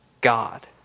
God